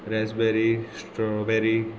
raspberry strawberry